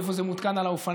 איפה זה מותקן על האופניים,